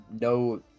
no